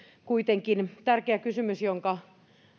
kuitenkin tuo tärkeä kysymys jonka